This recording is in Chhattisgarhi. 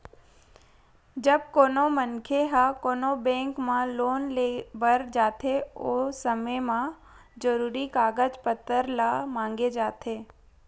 जब कोनो मनखे ह कोनो बेंक म लोन लेय बर जाथे ओ समे म जरुरी कागज पत्तर ल मांगे जाथे